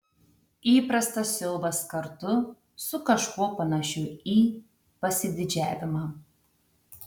įprastas siaubas kartu su kažkuo panašiu į pasididžiavimą